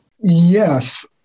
Yes